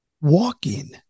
walking